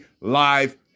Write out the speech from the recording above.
Live